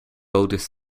oldest